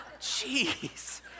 Jeez